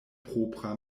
propra